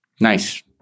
Nice